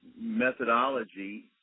methodology